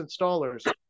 installers